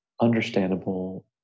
understandable